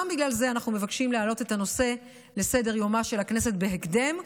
גם בגלל זה אנחנו מבקשים להעלות את הנושא על סדר-יומה של הכנסת בהקדם,